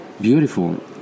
beautiful